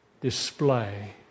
display